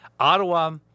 Ottawa